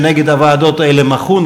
שנגד הוועדות האלה מחו,